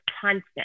constant